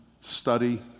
study